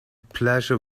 pleasure